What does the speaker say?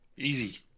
Easy